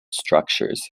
structures